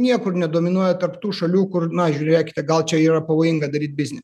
niekur nedominuoja tarp tų šalių kur na žiūrėkite gal čia yra pavojinga daryt biznį